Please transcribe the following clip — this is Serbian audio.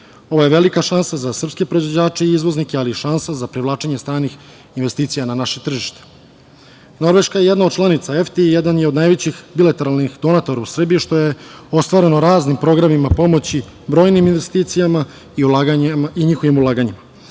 Ovo je velika šansa za srpske proizvođače i izvoznike, ali i šansa za privlačenje stranih investicija na naše tržište. Norveška je jedna od članica EFTE i jedan je od najvećih bilateralnih novatora u Srbiji, što je ostvareno raznim programima pomoći, brojnim investicijama i njihovim ulaganjem. Važno